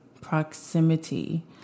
proximity